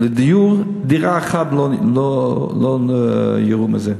דיור, דירה אחת לא יראו מזה.